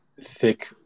thick